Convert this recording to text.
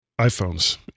iPhones